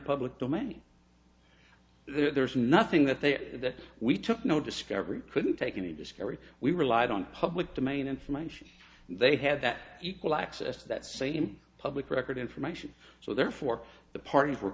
public domain there is nothing that they that we took no discovery couldn't take any discovery we relied on public domain information they had that equal access to that same public record information so therefore the parties were